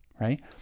right